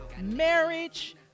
marriage